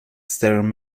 starring